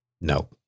no